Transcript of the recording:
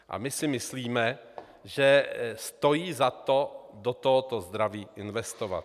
A my si myslíme, že stojí za to do tohoto zdraví investovat.